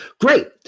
Great